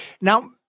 Now